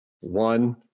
One